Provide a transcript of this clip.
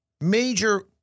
major